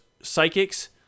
psychics